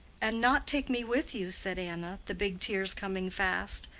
and not take me with you? said anna, the big tears coming fast.